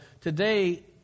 today